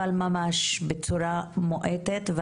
אבל ממש בצורה מועטת.